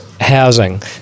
Housing